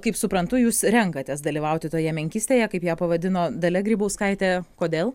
kaip suprantu jūs renkatės dalyvauti toje menkystėje kaip ją pavadino dalia grybauskaitė kodėl